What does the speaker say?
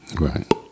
right